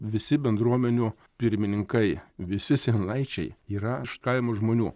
visi bendruomenių pirmininkai visi seniūnaičiai yra iš kaimo žmonių